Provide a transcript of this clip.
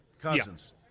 Cousins